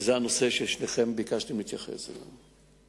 וזה הנושא ששניכם ביקשתם להתייחס אליו.